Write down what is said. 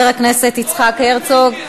חבר הכנסת יצחק הרצוג,